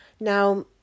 Now